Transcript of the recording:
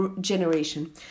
generation